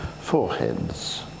foreheads